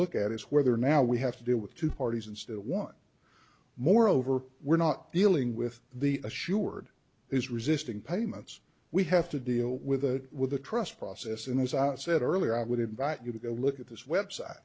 look at is whether now we have to deal with two parties and still one moreover we're not dealing with the assured is resisting payments we have to deal with with the trust process and as i said earlier i would invite you to look at this website